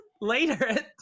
later